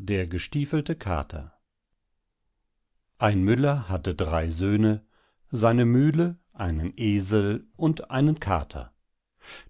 der gestiefelte kater ein müller hatte drei söhne seine mühle einen esel und einen kater